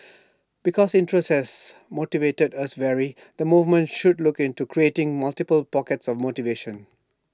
because interests has motivate us vary the movement should look into creating multiple pockets of motivation